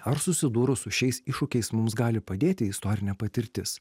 ar susidūrus su šiais iššūkiais mums gali padėti istorinė patirtis